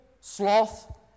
Sloth